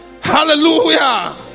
Hallelujah